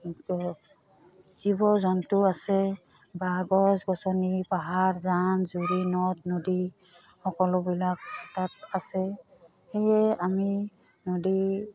জীৱ জীৱ জন্তু আছে বা গছ গছনি পাহাৰ জান জুৰি নদ নদী সকলোবিলাক তাত আছে সেয়ে আমি নদী